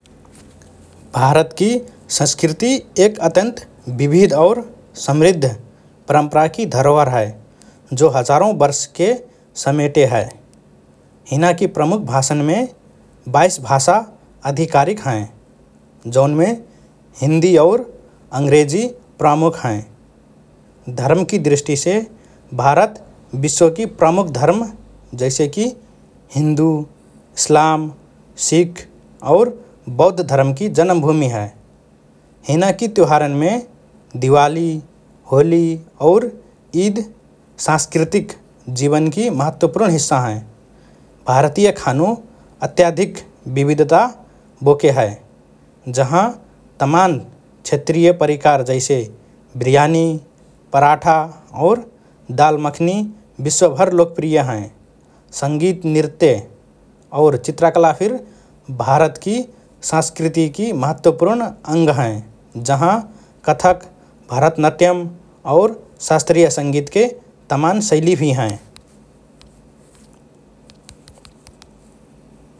भारतकि संस्कृति एक अत्यन्त विविध और समृद्ध परम्पराकि धरोहर हए, जो हजारौँ वर्षके समेटे हए । हिनाकि प्रमुख भाषन्मे बाइस भाषा आधिकारिक हएँ । जौनमे हिन्दी और अंग्रेजी प्रमुख हएँ । धर्मकि दृष्टिसे, भारत विश्वकि प्रमुख धर्म जैसेकि हिन्दू, इस्लाम, सिख, और बौद्ध धर्मकि जन्मभूमि हए । हिनाकि त्युहारन्मे दिवाली, होली और ईद सांस्कृतिक जीवनकि महत्वपूर्ण हिस्सा हएँ । भारतीय खानु अत्याधिक विविधता बोके हए, जहाँ तमान् क्षेत्रीय परिकार जैसे बिर्यानी, पराठा, और दाल मखनी विश्वभर लोकप्रिय हएँ । संगीत, नृत्य और चित्रकला फिर भारतकि संस्कृतिकि महत्वपूर्ण अंग हएँ जहाँ कथक, भरतनाट्यम और शास्त्रीय संगीतके तमान् शैली भि हएँ ।